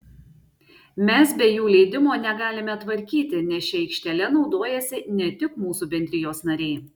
mes be jų leidimo negalime tvarkyti nes šia aikštele naudojasi ne tik mūsų bendrijos nariai